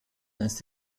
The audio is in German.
ist